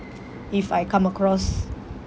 if I come across